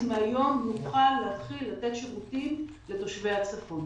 מהיום נוכל להתחיל לתת שירותים לתושבי הצפון.